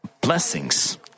blessings